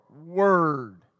word